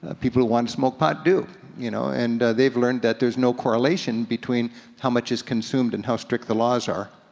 ah people who want to smoke pot do. you know and they've learned that there's no correlation between how much is consumed and how strict the laws are,